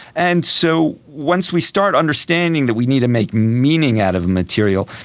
and so once we start understanding that we need to make meaning out of material,